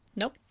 Nope